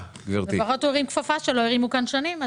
לפחות הוא הרים כפפה שלא הרימו כאן שנים.